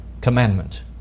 commandment